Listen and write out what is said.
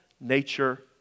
nature